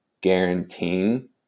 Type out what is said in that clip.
guaranteeing